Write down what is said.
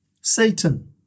Satan